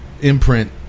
imprint